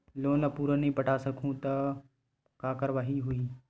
Loan ला पूरा नई पटा सकहुं का कारवाही होही?